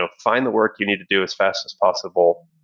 ah find the work you need to do as fast as possible.